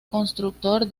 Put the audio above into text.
constructor